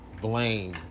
blame